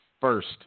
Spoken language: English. first